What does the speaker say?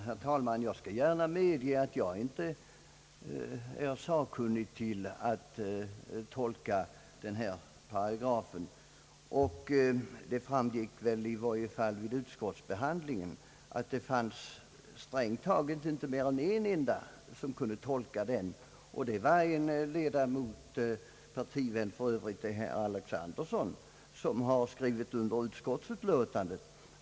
Herr talman! Jag skall medge att jag inte är sakkunnig när det gäller att tolka denna paragraf, och det framgick i varje fall vid utskottsbehandlingen att det fanns strängt taget inte mer än en enda som kunde tolka den, och det var en ledamot — för övrigt partivän till herr Alexanderson — som har skrivit under utskottets utlåtande.